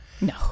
No